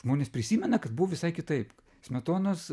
žmonės prisimena kad buvo visai kitaip smetonos